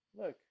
Look